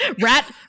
Rat